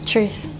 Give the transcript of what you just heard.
Truth